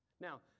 Now